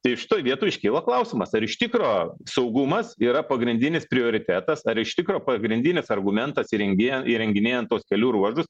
tai šitoj vietoj iškyla klausimas ar iš tikro saugumas yra pagrindinis prioritetas ar iš tikro pagrindinis argumentas įrengi įrenginėjant tuos kelių ruožus